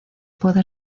puede